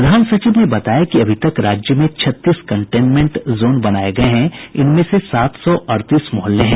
प्रधान सचिव ने बताया कि अभी तक राज्य में छत्तीस कन्टेनमेंट जोन बनाये गये हैं इनमें सात सौ अड़तीस मोहल्ले हैं